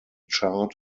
chart